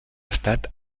estat